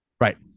right